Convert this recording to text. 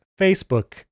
Facebook